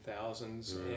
thousands